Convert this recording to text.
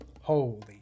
holy